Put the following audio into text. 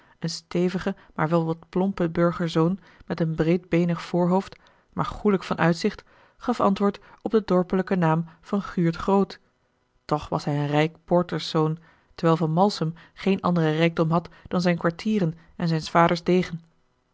een stevige maar wel wat plompe burgerzoon met een breedbeenig voorhoofd maar goêlijk van uitzicht gaf antwoord op den dorperlijken naam van guurt groot toch was hij een rijk poorters zoon terwijl van malsem geen anderen rijkdom had dan zijne kwartieren en zijns vaders degen